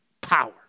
power